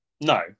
No